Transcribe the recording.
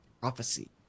prophecy